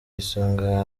isonga